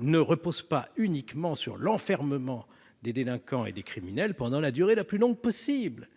ne repose pas uniquement sur l'enfermement des délinquants et des criminels pendant la durée la plus longue possible.